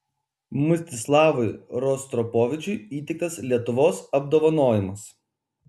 mstislavui rostropovičiui įteiktas lietuvos apdovanojimas